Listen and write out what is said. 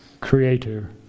creator